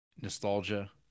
nostalgia